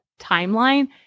timeline